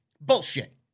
Bullshit